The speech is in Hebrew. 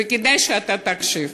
וכדאי שאתה תקשיב,